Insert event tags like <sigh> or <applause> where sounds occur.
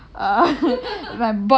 <laughs>